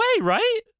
right